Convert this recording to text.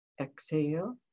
Exhale